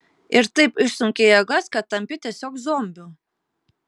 ir taip išsunkia jėgas kad tampi tiesiog zombiu